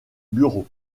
bureau